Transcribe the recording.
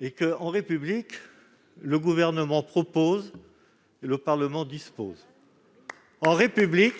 ce type de régime, le Gouvernement propose et le Parlement dispose, c'est-à-dire que